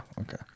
Okay